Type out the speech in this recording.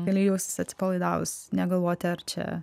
gali jaustis atsipalaidavus negalvoti ar čia